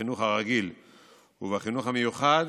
בחינוך הרגיל ובחינוך המיוחד,